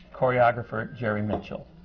choreographer jerry mitchell.